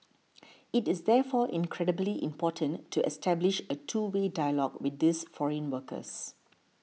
it is therefore incredibly important to establish a two way dialogue with these foreign workers